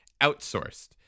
Outsourced